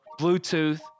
Bluetooth